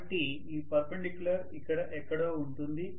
కాబట్టి ఈ పర్పెండిక్యులర్ ఇక్కడ ఎక్కడో ఉంటుంది